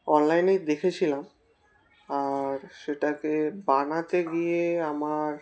অনলাইনেই দেখেছিলাম আর সেটাকে বানাতে গিয়ে আমার